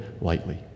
lightly